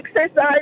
exercise